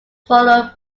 followed